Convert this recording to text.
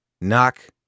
Knock